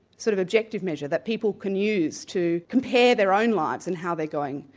sort of objective measure that people can use to compare their own lives and how they're going,